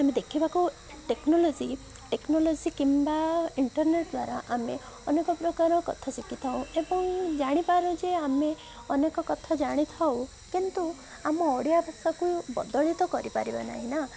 ଆମେ ଦେଖିବାକୁ technology technology କିମ୍ବା ଇଣ୍ଟରନେଟ୍ ଦ୍ଵାରା ଆମେ ଅନେକ ପ୍ରକାର କଥା ଶିଖିଥାଉ ଏବଂ ଜାଣିପାରୁ ଯେ ଆମେ ଅନେକ କଥା ଜାଣିଥାଉ କିନ୍ତୁ ଆମ ଓଡ଼ିଆ ଭାଷାକୁ ବଦଳି ତ କରିପାରିବ ନାହିଁନା